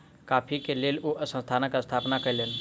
coffee के लेल ओ संस्थानक स्थापना कयलैन